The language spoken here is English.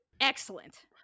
excellent